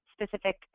specific